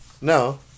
No